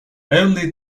only